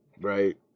Right